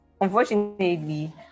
unfortunately